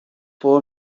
four